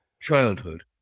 childhood